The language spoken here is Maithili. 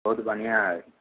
बहुत बढ़िआँ हय